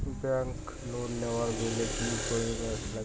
Bank loan নেওয়ার গেইলে কি করীর নাগে?